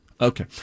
Okay